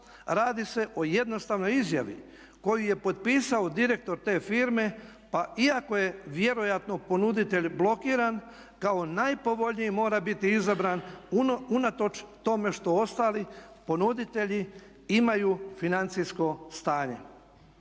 radi se o jednostavnoj izjavi koju je potpisao direktor te firme pa iako je vjerojatno ponuditelj blokiran kao najpovoljniji mora biti izabran unatoč tome što ostali ponuditelji imaju financijsko stanje.